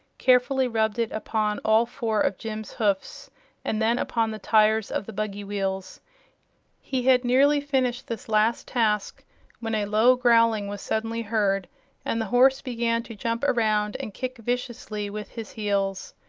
carefully rubbed it upon all four of jim's hoofs and then upon the tires of the buggy-wheels. he had nearly finished this last task when a low growling was suddenly heard and the horse began to jump around and kick viciously with his heels.